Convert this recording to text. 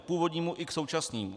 K původnímu i k současnému.